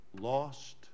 lost